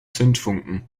zündfunken